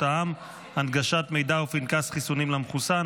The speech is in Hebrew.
העם (הנגשת מידע ופנקס חיסונים למחוסן),